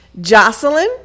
Jocelyn